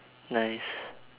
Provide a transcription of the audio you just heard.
nice